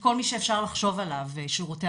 כל מי שאפשר לחשוב עליו ושירותי